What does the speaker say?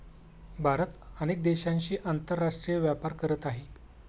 भारत अनेक देशांशी आंतरराष्ट्रीय व्यापार करत आहे